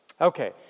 Okay